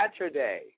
Saturday